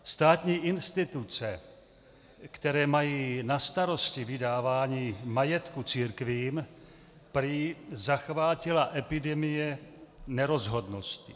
Státní instituce, které mají na starosti vydávání majetku církvím, prý zachvátila epidemie nerozhodnosti.